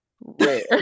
Rare